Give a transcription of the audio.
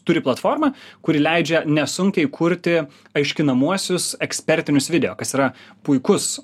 turi platformą kuri leidžia nesunkiai kurti aiškinamuosius ekspertinius video kas yra puikus